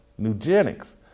Nugenics